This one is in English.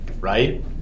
right